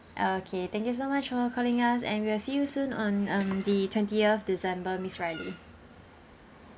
okay thank you so much for calling us and we'll see you soon on um the twentieth december miss riley